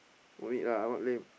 no need lah what lame